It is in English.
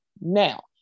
Now